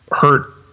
hurt